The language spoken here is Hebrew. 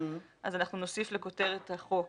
אנחנו נוסיף לכותרת החוק